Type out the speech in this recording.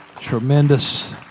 Tremendous